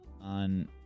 on